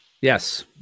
Yes